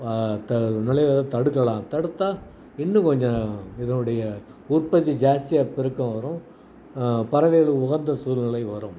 த நுழைவத தடுக்கலாம் தடுத்தால் இன்னும் கொஞ்சம் இதனுடைய உற்பத்தி ஜாஸ்தியாக பெருக்கம் வரும் பறவைகளுக்கு உகந்த சூழ்நிலை வரும்